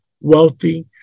wealthy